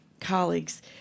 colleagues